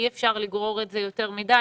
אי אפשר לגרור את זה יותר מדי.